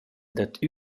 dad